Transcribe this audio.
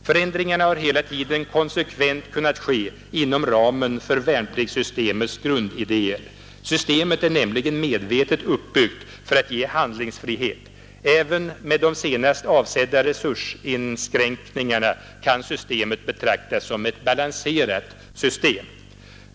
Förändringarna har hela tiden konsekvent kunnat ske inom ramen för värnpliktssystemets grundidé. Systemet är nämligen medvetet uppbyggt för att ge handlingsfrihet. Även med de nu senast avsedda resursinskränkningarna kan systemet betraktas som balanserat.